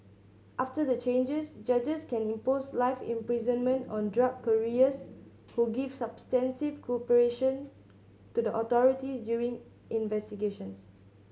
after the changes judges can impose life imprisonment on drug couriers who give substantive cooperation to the authorities during investigations